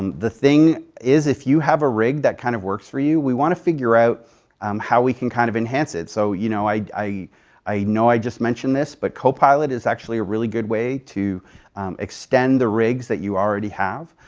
and the thing is if you have a rig that kind of works for you, we wanted to figure out um how we can kind of enhance it. so you know i know i know i just mentioned this, but copilot is actually a really good way to extend the rigs that you already have.